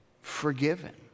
forgiven